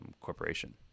corporation